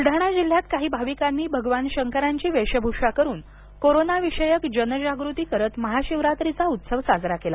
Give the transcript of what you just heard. बुलडाणा जिल्ह्यात काही भाविकांनी भगवान शंकरांची वेषभूषा करून कोरोनाविषयक जनजागृती करत महाशिवरात्रीचा उत्सव साजरा केला